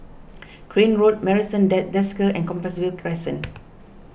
Crane Road Marrison at Desker and Compassvale Crescent